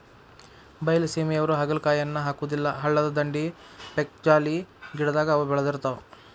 ಬೈಲಸೇಮಿಯವ್ರು ಹಾಗಲಕಾಯಿಯನ್ನಾ ಹಾಕುದಿಲ್ಲಾ ಹಳ್ಳದ ದಂಡಿ, ಪೇಕ್ಜಾಲಿ ಗಿಡದಾಗ ಅವ ಬೇಳದಿರ್ತಾವ